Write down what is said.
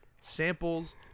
samples